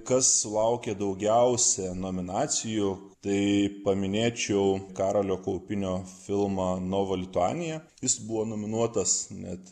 kas sulaukė daugiausia nominacijų tai paminėčiau karolio kaupinio filmą nova lituanija jis buvo nominuotas net